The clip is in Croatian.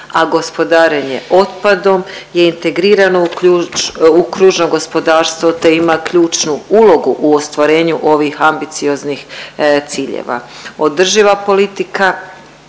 a gospodarenje otpadom je integrirano u kružno gospodarstvo, te ima ključnu ulogu u ostvarenju ovih ambicioznih ciljeva. Održiva politika